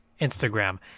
Instagram